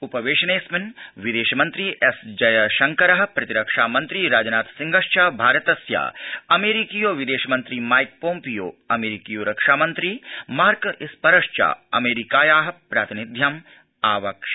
उपवेशनेऽस्मिन् विदेशमन्त्री एस् जयशंकर प्रतिरक्षा मन्त्री राजनाथ सिंहध भारतस्य अमेरिकीयो विदेशमन्त्री माइक पोम्पियो अमेरिकीयो रक्षामन्त्री मार्क इस्परश्व अमेरिकाया प्रातिनिध्यम् आवहन्ति